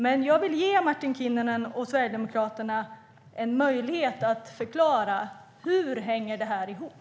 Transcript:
Men jag vill ge Martin Kinnunen och Sverigedemokraterna en möjlighet att förklara hur det här hänger ihop.